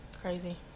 crazy